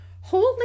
holy